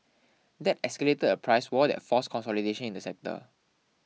that escalated a price war that's force consolidation in the sector